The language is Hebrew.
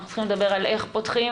אנחנו צריכים לדבר על איך פותחים.